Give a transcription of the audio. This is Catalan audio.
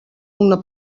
una